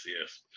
yes